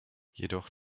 jedoch